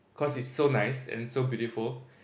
cause it's so nice and so beautiful